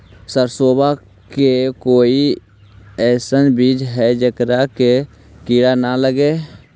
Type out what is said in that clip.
सरसों के कोई एइसन बिज है जेकरा में किड़ा न लगे?